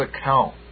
account